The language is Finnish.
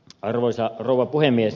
arvoisa rouva puhemies